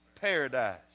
paradise